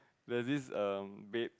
there's this um bad